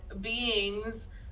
beings